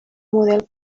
model